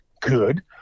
good